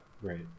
Right